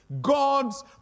God's